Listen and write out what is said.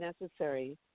necessary